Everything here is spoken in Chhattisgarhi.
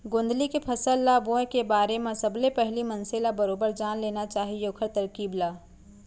गोंदली के फसल ल बोए के बारे म सबले पहिली मनसे ल बरोबर जान लेना चाही ओखर तरकीब ल